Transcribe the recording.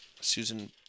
Susan